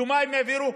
יומיים אחרי שהעבירו,